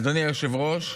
אדוני היושב-ראש,